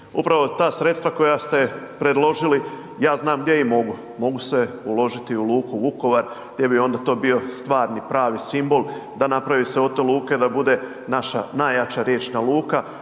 upravo ta sredstva koja ste predložili ja znam gdje i mogu, mogu se uložiti u luku Vukovar gdje bi onda to bio stvarni, pravi simbol, da napravi se od te luke da bude naša najjača riječna luka,